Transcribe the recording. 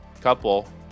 couple